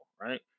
right